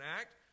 act